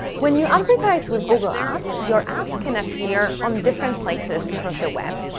when you advertise with google ads, your ads can appear on different places across the web,